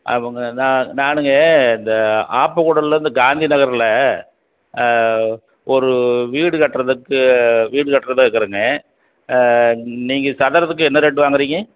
அவங்க நான் நானுங்க இந்த ஆப்பகூடலேருந்து காந்தி நகரில் ஒரு வீடு கட்டுறதுக்கு வீடு கட்டுறதா இருக்கிறங்க நீங்கள் சதுரத்துக்கு என்ன ரேட் வாங்குறீங்க